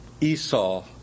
Esau